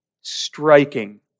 Striking